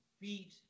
beat